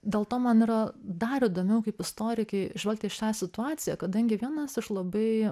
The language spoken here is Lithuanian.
dėl to man yra dar įdomiau kaip istorikei žvelgt į šią situaciją kadangi vienas iš labai